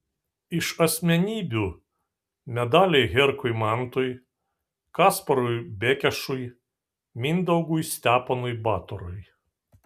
iš asmenybių medaliai herkui mantui kasparui bekešui mindaugui steponui batorui